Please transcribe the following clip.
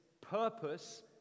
purpose